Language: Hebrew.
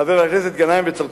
חברי הכנסת גנאים וצרצור,